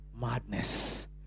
Madness